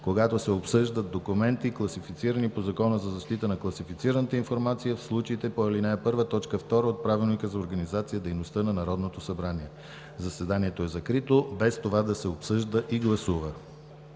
когато се обсъждат документи, класифицирани по Закона за защита на класифицираната информация в случаите по ал. 1, т. 2 от Правилника за организацията и дейността на Народното събрание. Заседанието е закрито, без това да се обсъжда и гласува.